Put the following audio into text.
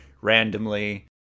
randomly